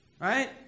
Right